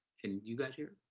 can you guys hear?